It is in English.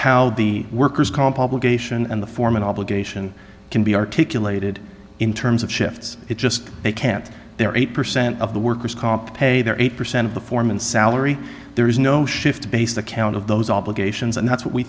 the workers comp obligation and the foreman obligation can be articulated in terms of shifts it's just they can't there are eight percent of the worker's comp pay their eight percent of the foremen salary there is no shift based account of those obligations and that's what we